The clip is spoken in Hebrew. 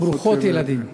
ברוכות, ברוכות ילדים.